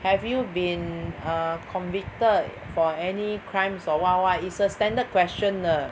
have you been err convicted for any crimes or what what is a standard question 的